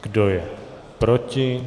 Kdo je proti?